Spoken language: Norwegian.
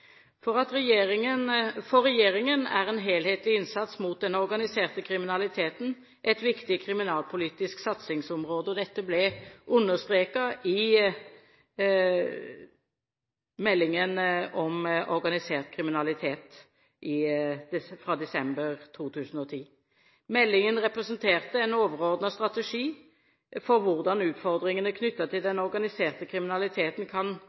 intensiveres. For regjeringen er en helhetlig innsats mot den organiserte kriminaliteten et viktig kriminalpolitisk satsingsområde. Dette ble understreket i meldingen om organisert kriminalitet fra desember 2010. Meldingen representerte en overordnet strategi for hvordan utfordringene knyttet til den organiserte kriminaliteten kan